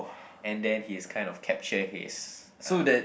and then he is kind of capture his uh